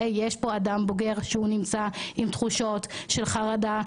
יש פה אדם בוגר שהוא נמצא עם תחושות של חרדה,